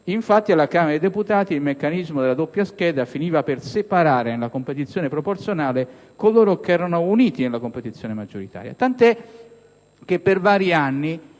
Infatti, alla Camera, il meccanismo della doppia scheda finiva per separare, nella competizione proporzionale, coloro che erano uniti nella competizione maggioritaria, tanto è che per diversi anni